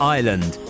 Ireland